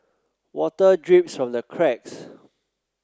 water drips from the cracks